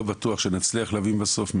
לא בטוח שנצליח להבין בסוף,